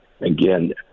again